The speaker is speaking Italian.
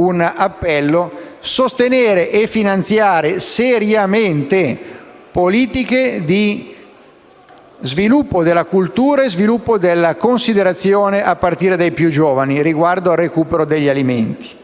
al Governo - sostenere e finanziare seriamente politiche di sviluppo della cultura e della considerazione a partire dai più giovani riguardo al recupero degli alimenti.